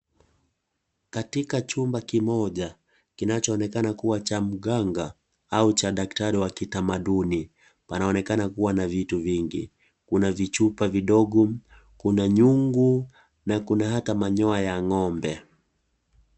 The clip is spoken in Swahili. Katika chumba kimoja kinachoonekana kuwa cha mganga au cha daktari wa kitamaduni, panaonekana kwa na vitu nyingi . Kuna vichupa vidogo, kuna nyungu na kuna ata manyoya ya ng'ombe.